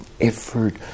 effort